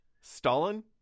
Stalin